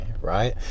right